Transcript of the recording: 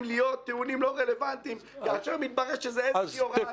להיות טיעונים לא רלוונטיים כאשר מתברר שזה הוראת שעה.